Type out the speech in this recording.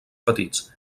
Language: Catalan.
petits